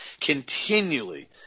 continually